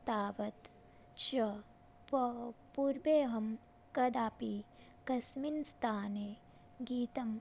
तावत् च प पूर्वे अहं कदापि कस्मिन् स्थाने गीतम्